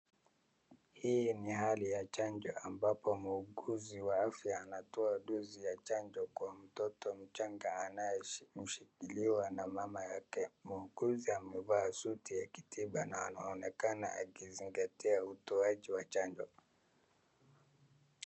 Hii ni hali ya chanjo ambapo muuguzi wa afya anatoa dozi ya chanjo kwa mtoto mchanga anayeshikiliwa na mama yake, muuguzi amevaa suti ya kitiba na anaonekana akizingatia utoaji wa chanjo .